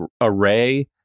array